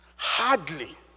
Hardly